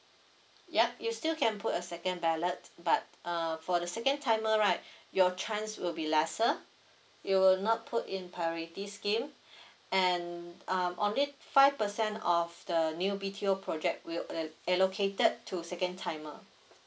yup you still can put a second ballot but uh for the second timer right your chance will be lesser you will not put in priorities scheme and um only five percent of the new B_T_O project will uh allocated to second timer